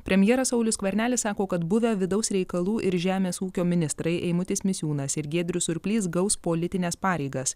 premjeras saulius skvernelis sako kad buvę vidaus reikalų ir žemės ūkio ministrai eimutis misiūnas ir giedrius surplys gaus politines pareigas